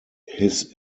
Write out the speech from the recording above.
his